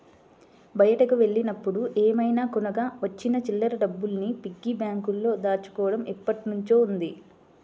బయటికి వెళ్ళినప్పుడు ఏమైనా కొనగా వచ్చిన చిల్లర డబ్బుల్ని పిగ్గీ బ్యాంకులో దాచుకోడం ఎప్పట్నుంచో ఉంది